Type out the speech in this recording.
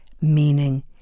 meaning